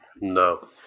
No